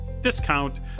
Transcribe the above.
discount